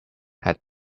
had